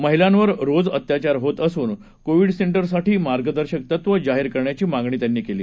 महिलांवर रोज अत्याचार होत असून कोविड सेंटर साठी मार्गदर्शक तत्वं जाहीर करण्याची मागणी त्यांनी केली